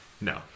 No